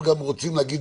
ועוד איך יש ברירה.